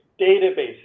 databases